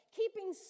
keeping